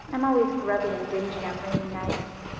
i'm always grubby and dingy on rainy nights.